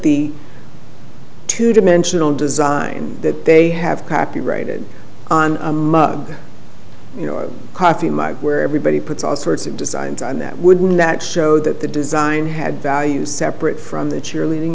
the two dimensional design that they have copyrighted on you know a coffee mug where everybody puts all sorts of designs on that wouldn't that show that the design had value separate from the cheerleading